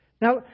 Now